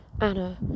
anna